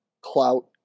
clout